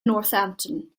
northampton